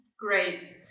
Great